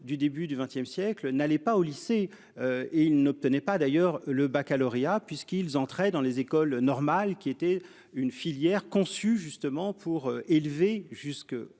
du début du XXe siècle n'allait pas au lycée. Et il n'obtenait pas d'ailleurs le Baccalauréat puisqu'ils entraient dans les écoles normales qui était une filière conçu justement pour élever jusqu'au